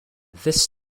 this